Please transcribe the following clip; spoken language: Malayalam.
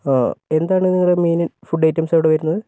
എന്താണ് നിങ്ങളുടെ മെയിൻ ഫുഡ് ഐറ്റംസ് ഇവിടെ വരുന്നത്